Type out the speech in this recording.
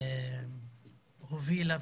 הובילה,